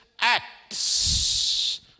acts